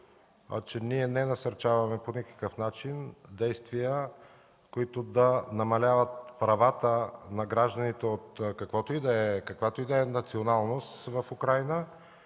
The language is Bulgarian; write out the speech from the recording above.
че ние не насърчаваме по никакъв начин действия, които да намаляват правата на гражданите от каквато и да е националност в Украйна.